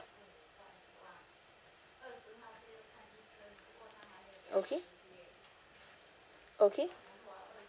okay okay